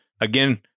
again